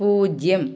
പൂജ്യം